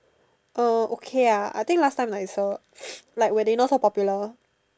uh okay ah I think last time nicer like when they not so popular